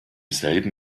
selben